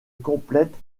complète